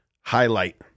highlight